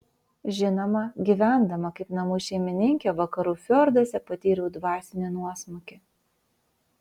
žinoma gyvendama kaip namų šeimininkė vakarų fjorduose patyriau dvasinį nuosmukį